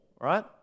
right